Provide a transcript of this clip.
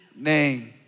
Name